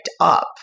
up